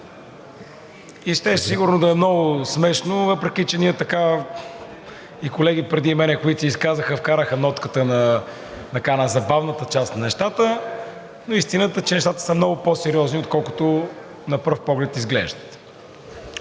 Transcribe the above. И щеше сигурно да е много смешно, въпреки че и колеги преди мен, които се изказаха, вкараха нотката на забавната част на нещата, но истината е, че нещата са много по-сериозни, отколкото изглеждат